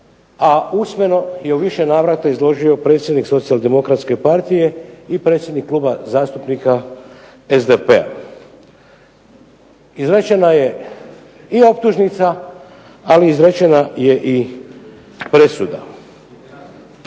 a usmeno i u više navrata izložio predsjednik Socijaldemokratske partije i predsjednik Kluba zastupnika SDP-a. Izrečena je optužnica, ali izrečena je i presuda.